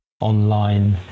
online